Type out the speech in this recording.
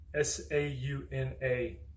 S-A-U-N-A